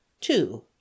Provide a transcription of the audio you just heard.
two